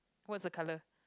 what's the colour